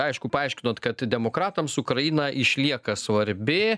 aišku paaiškinot kad demokratams ukraina išlieka svarbi